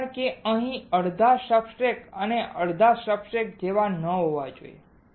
કારણ કે તે અહીં અડધા સબસ્ટ્રેટ અને અડધા સબસ્ટ્રેટ જેવા ન હોવા જોઈએ